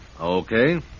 Okay